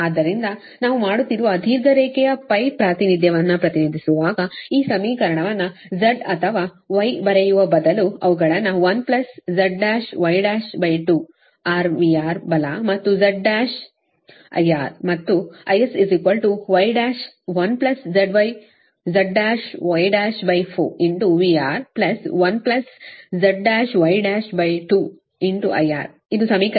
ಆದ್ದರಿಂದ ನಾವು ಮಾಡುತ್ತಿರುವ ದೀರ್ಘ ರೇಖೆಯ ಪ್ರಾತಿನಿಧ್ಯವನ್ನು ಪ್ರತಿನಿಧಿಸುವಾಗ ಈ ಸಮೀಕರಣವನ್ನು Z ಅಥವಾ Y ಬರೆಯುವ ಬದಲು ಅವುಗಳನ್ನು 1Z1Y12 R VR ಬಲ ಮತ್ತು Z1 IR ಮತ್ತು IS Y11Z1Y14VR1Z1Y12IR ಇದು ಸಮೀಕರಣ 44 ಮತ್ತು ಇದು ಸಮೀಕರಣ 45 ಸರಿ